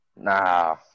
Nah